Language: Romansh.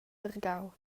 vargau